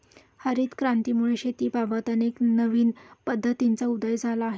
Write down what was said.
हरित क्रांतीमुळे शेतीबाबत अनेक नवीन पद्धतींचा उदय झाला आहे